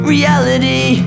Reality